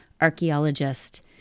archaeologist